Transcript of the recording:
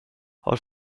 har